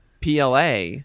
PLA